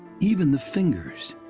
even the fingers.